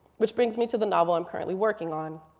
which brings me to the novel i'm currently working on.